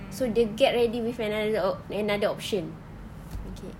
so dia get ready with another op~ another option okay